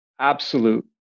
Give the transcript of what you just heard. absolute